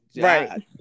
Right